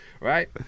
right